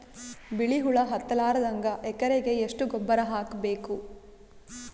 ಬಿಳಿ ಹುಳ ಹತ್ತಲಾರದಂಗ ಎಕರೆಗೆ ಎಷ್ಟು ಗೊಬ್ಬರ ಹಾಕ್ ಬೇಕು?